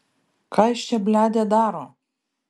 ką jis čia bledė daro